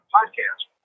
Podcast